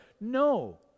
No